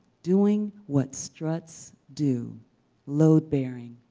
doing what struts do load bearing,